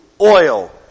oil